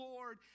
Lord